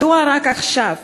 מדוע רק עכשיו,